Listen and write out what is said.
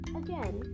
again